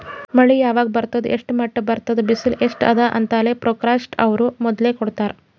ಮಳಿ ಯಾವಾಗ್ ಬರ್ತದ್ ಎಷ್ಟ್ರ್ ಮಟ್ಟ್ ಬರ್ತದ್ ಬಿಸಿಲ್ ಎಸ್ಟ್ ಅದಾ ಅಂತೆಲ್ಲಾ ಫೋರ್ಕಾಸ್ಟ್ ದವ್ರು ಮೊದ್ಲೇ ಕೊಡ್ತಾರ್